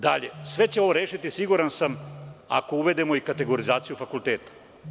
Dalje, sve će ovo rešiti, siguran sam, ako uvedemo i kategorizaciju fakulteta.